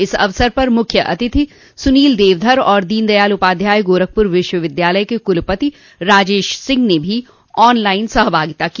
इस अवसर पर मुख्य अतिथि सुनील देवधर और दीन दयाल उपाध्याय गोरखपुर विश्वविद्यालय के कुलपति राजेश सिंह ने भी ऑनलाइन सहभागिता की